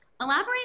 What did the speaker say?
elaborate